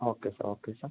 okay sir okay sir